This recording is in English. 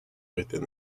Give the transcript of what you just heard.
within